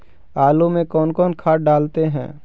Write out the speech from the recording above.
आलू में कौन कौन खाद डालते हैं?